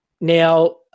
Now